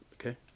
Okay